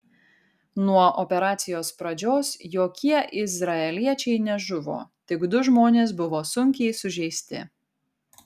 nuo operacijos pradžios jokie izraeliečiai nežuvo tik du žmonės buvo sunkiai sužeisti